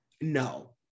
No